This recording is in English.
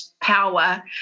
power